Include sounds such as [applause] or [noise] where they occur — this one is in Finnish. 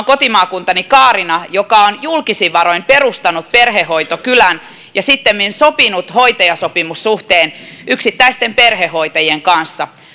[unintelligible] kotimaakunnassani kaarina joka on julkisin varoin perustanut perhehoitokylän ja sittemmin sopinut hoitajasopimussuhteen yksittäisten perhehoitajien kanssa